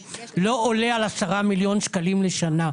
לא עולה על 10 מיליון שקלים לשנה.